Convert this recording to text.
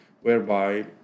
whereby